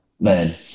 man